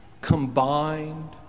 combined